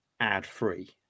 ad-free